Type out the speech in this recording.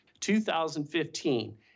2015